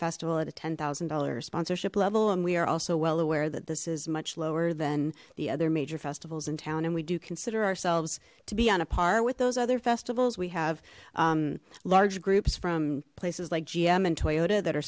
festival at a ten thousand dollar or sponsorship level and we are also well aware that this is much lower than the other major festivals in town and we do consider ourselves to be on a par with those other festivals we have large groups from places like gm and toyota that are